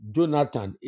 Jonathan